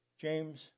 James